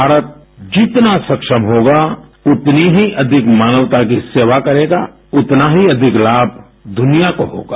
भारत जितना सक्षम होगा उतनी ही अधिक मानवता की सेवा करेगा उतना ही अधिक लाभ दुनिया को होगा